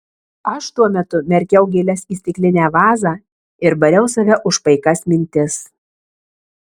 aš tuo metu merkiau gėles į stiklinę vazą ir bariau save už paikas mintis